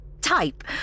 type